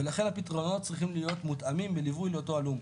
ולכן הפתרונות צריכים להיות מותאמים בליווי לאותו הלום.